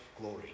glory